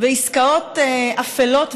ועסקאות אפלות וסמויות,